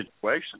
situation